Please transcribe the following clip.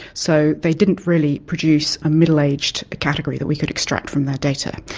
so they didn't really produce a middle-aged category that we could extract from their data.